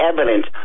evidence